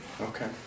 Okay